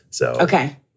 Okay